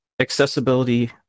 accessibility